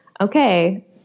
okay